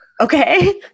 Okay